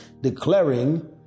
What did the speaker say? declaring